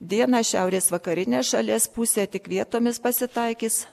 dieną šiaurės vakarinę šalies pusę tik vietomis pasitaikys